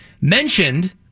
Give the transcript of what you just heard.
mentioned